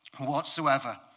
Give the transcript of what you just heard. whatsoever